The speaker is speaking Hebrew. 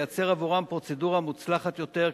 לייצר עבורם פרוצדורה מוצלחת יותר,